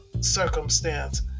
circumstance